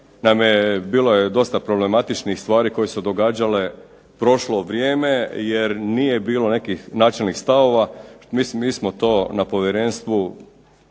naime, bilo je dosta problematičnih stvari koje su se događale u prošlo vrijeme, jer nije bilo nekih načelnik stavova, mi smo to na Povjerenstvu